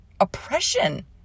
oppression